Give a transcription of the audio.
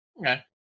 Okay